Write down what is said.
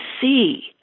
see